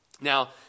Now